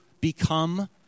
become